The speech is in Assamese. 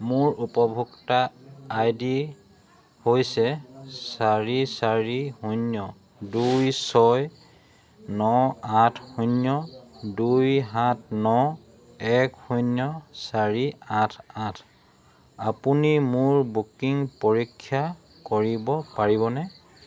মোৰ উপভোক্তা আই ডি হৈছে চাৰি চাৰি শূন্য দুই ছয় ন আঠ শূন্য দুই সাত ন এক শূন্য চাৰি আঠ আঠ আপুনি মোৰ বুকিং পৰীক্ষা কৰিব পাৰিবনে